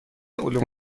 علوم